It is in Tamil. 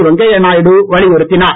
வெங்கையாநாயுடு வலியுறுத்தினார்